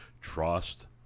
Trust